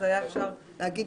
היה אפשר להגיד